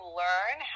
learn